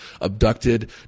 abducted